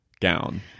gown